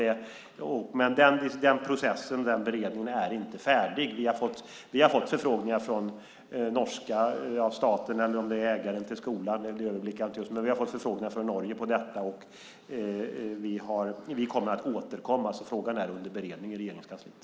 Den processen och beredningen är inte färdig. Vi har fått förfrågningar från Norge om detta, om det nu är staten eller ägaren till skolan - den överblicken har jag inte - och vi kommer att återkomma. Frågan är under beredning i Regeringskansliet.